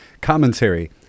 commentary